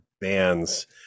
bands